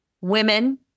women